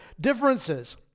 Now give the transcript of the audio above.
differences